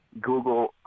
Google